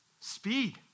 Speed